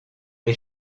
les